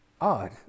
odd